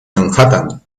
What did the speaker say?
manhattan